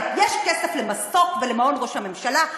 אבל יש כסף למסוק ולמעון ראש הממשלה.